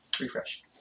Refresh